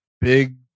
big